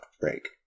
break